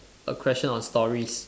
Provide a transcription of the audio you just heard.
a question on story